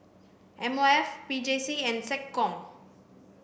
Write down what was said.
M O F P J C and SecCom